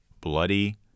Bloody